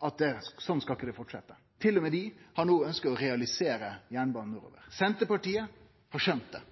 skjønt at sånn skal det ikkje fortsetje. Til og med dei har no ønskt å realisere jernbanen nordover. Senterpartiet har skjønt det.